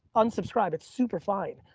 unsubscribe. it's super fine.